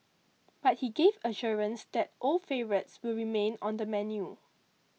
but he gave assurance that old favourites will remain on the menu